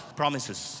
promises